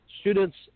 students